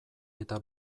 eta